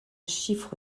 chiffre